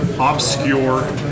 obscure